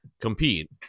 compete